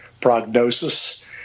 prognosis